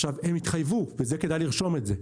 עכשיו, הם התחייבו, וזה כדאי לרשום את זה.